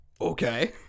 Okay